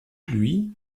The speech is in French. lui